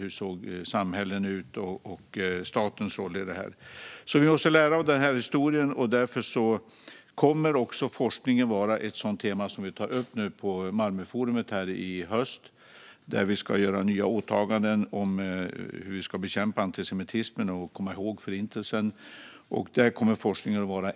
Hur såg samhällena ut? Vilken var statens roll i detta? Vi måste lära av historien. Därför är också forskning ett tema som vi kommer att ta upp på Malmöforumet i höst, där vi ska göra nya åtaganden om hur vi ska bekämpa antisemitismen och komma ihåg Förintelsen. Forskningen kommer att vara en central del där.